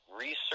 Research